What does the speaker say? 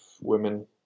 women